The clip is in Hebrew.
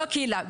הקהילה,